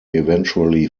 eventually